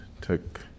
took